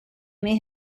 may